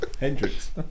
Hendrix